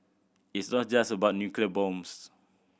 it's not just about nuclear bombs